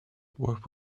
what